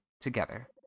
together